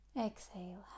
exhale